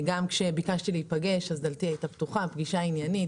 גם כשביקשתי להיפגש הדלת היתה פתוחה והיתה פגישה עניינית.